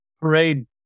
parade